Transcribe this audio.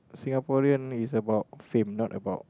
Singaporean is about fame not about